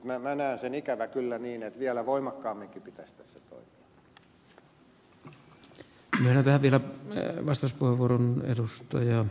minä näen sen ikävä kyllä niin että vielä voimakkaamminkin pitäisi tässä toimia